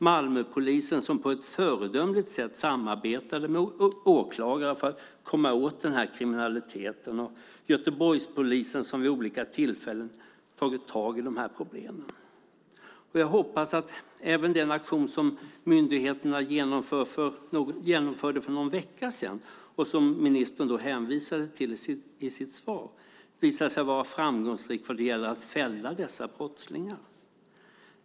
Malmöpolisen samarbetade på ett föredömligt sätt med åklagare för att komma åt den här kriminaliteten. Göteborgspolisen har vid olika tillfällen tagit tag i de här problemen. Jag hoppas att även den aktion som myndigheterna genomförde för någon vecka sedan och som ministern hänvisade till i sitt svar visar sig vara framgångsrik vad det gäller att fälla dessa brottslingar.